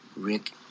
Rick